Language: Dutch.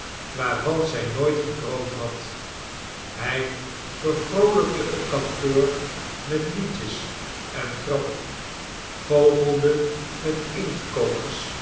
waarvan zij nooit gedroomd had hij vervroolijkte het kantoor met liedjes en grappen goochelde met